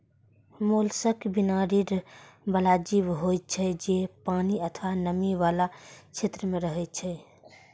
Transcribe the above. mollusc बिना रीढ़ बला जीव होइ छै, जे पानि अथवा नमी बला क्षेत्र मे रहै छै